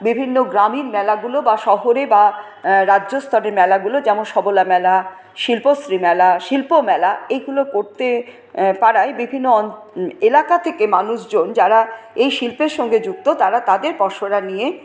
বিভিন্ন গ্রামীণ মেলাগুলো বা শহরে বা রাজ্যস্তরের মেলাগুলো যেমন সবলা মেলা শিল্পশ্রী মেলা শিল্প মেলা এইগুলো করতে পারায় বিভিন্ন এলাকা থেকে মানুষজন যারা এই শিল্পের সঙ্গে যুক্ত তারা তাদের পসরা নিয়ে